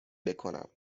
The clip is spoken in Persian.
بکنم